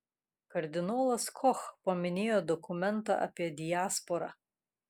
kardinolas koch paminėjo dokumentą apie diasporą